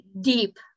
deep